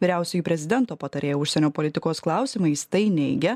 vyriausioji prezidento patarėja užsienio politikos klausimais tai neigia